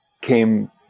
came